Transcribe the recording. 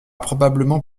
probablement